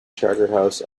charterhouse